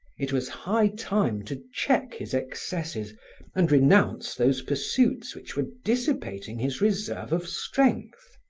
it was high time to check his excesses and renounce those pursuits which were dissipating his reserve of strength!